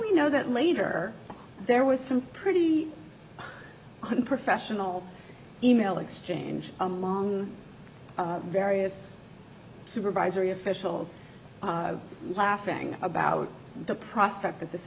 we know that later there was some pretty unprofessional e mail exchange among various supervisory officials laughing about the prospect that this